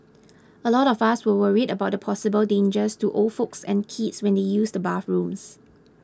a lot of us are worried about the possible dangers to old folks and kids when they use the bathrooms